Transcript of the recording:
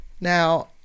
Now